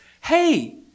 Hey